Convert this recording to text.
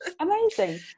Amazing